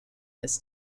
this